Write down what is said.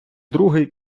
другий